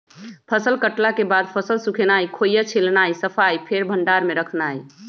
फसल कटला के बाद फसल सुखेनाई, खोइया छिलनाइ, सफाइ, फेर भण्डार में रखनाइ